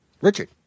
richard